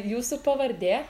jūsų pavardė